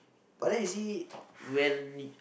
but then you see when